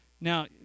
now